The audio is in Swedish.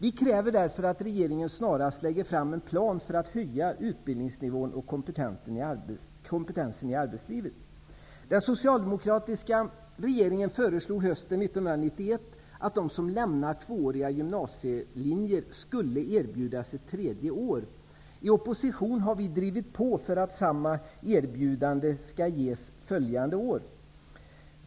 Vi kräver därför att regeringen snarast lägger fram en plan för att höja utbildningsnivån och kompetensen i arbetslivet. 1991 att de som lämnar tvååriga gymnasielinjer skulle erbjudas ett tredje år. I opposition har vi drivit på för att samma erbjudande skall ges följande år.